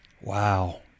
Wow